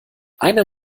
einer